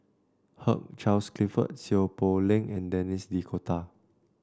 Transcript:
Hugh Charles Clifford Seow Poh Leng and Denis D'Cotta